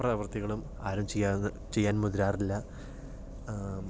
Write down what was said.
പ്രവൃത്തികളും ആരും ചെയ്യ ചെയ്യാൻ മുതിരാറില്ല